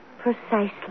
Precisely